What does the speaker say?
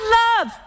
love